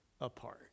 apart